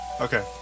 Okay